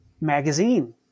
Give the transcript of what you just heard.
magazine